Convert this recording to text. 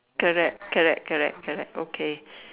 correct correct correct okay